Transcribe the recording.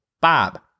Bob